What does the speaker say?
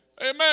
Amen